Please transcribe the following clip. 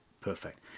perfect